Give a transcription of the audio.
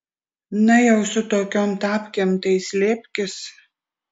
na jau su tokiom tapkėm tai slėpkis